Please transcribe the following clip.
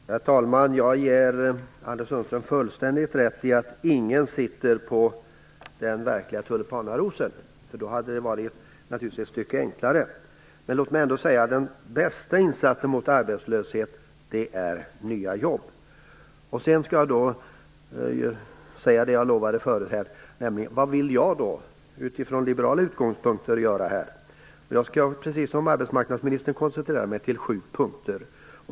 Herr talman! Jag ger Anders Sundström fullständigt rätt i att ingen sitter med den verkliga "tulpanrosen". Då hade det naturligtvis varit enklare. Låt mig ändå säga att den bästa insatsen mot arbetslösheten är nya jobb. Jag vill också ta upp den fråga som jag tidigare lovade att jag skulle svara på: Vad vill då jag utifrån liberala utgångspunkter göra? Jag skall precis som arbetsmarknadsministern koncentrera mig på sju punkter.